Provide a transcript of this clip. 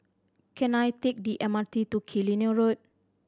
can I take the M R T to Killiney Road